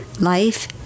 Life